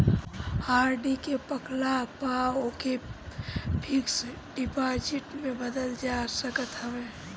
RD के पकला पअ ओके फिक्स डिपाजिट में बदल जा सकत हवे